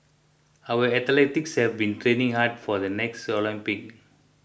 our athletes have been training hard for the next Olympics